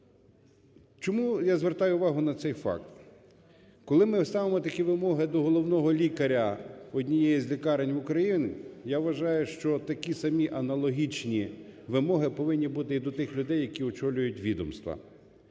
Чому я звертаю увагу на факт? Коли ми ставимо такі вимоги до головного лікаря однієї з лікарень в Україні, я вважаю, що такі самі аналогічні вимоги повинні бути і до тих людей, які очолюють відомства.